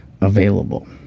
available